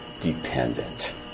dependent